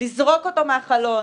לזרוק אותו מהחלון,